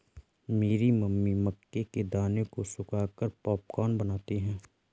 मेरी मम्मी मक्के के दानों को सुखाकर पॉपकॉर्न बनाती हैं